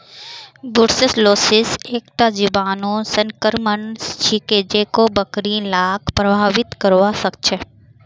brucellosis एकता जीवाणु संक्रमण छिके जेको बकरि लाक प्रभावित करवा सकेछे